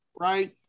right